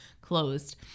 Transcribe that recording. closed